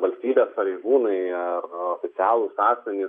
valstybės pareigūnai ar oficialūs asmenys